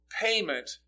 payment